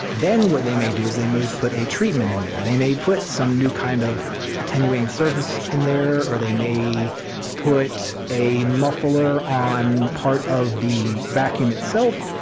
then, what they may do is they may put a treatment in there. they may put some new kind of attenuating service in there or they may put a muffler on part of the vacuum itself